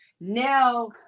now